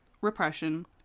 repression